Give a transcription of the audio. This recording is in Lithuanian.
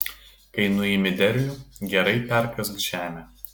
kai nuimi derlių gerai perkask žemę